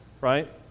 Right